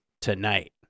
tonight